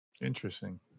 Interesting